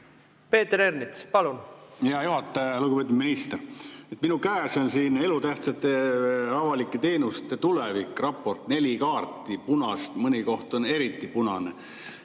Peeter Ernits, palun! Hea juhataja! Lugupeetud minister! Minu käes on "Esmatähtsate avalike teenuste tulevik", raport, neli kaarti, punast, mõni koht on eriti punane.